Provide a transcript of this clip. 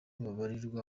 babarirwa